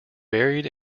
buried